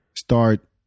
Start